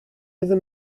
angen